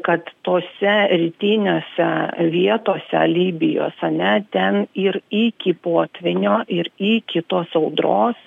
kad tose rytiniose vietose libijos ane ten ir iki potvynio ir iki tos audros